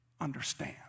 understand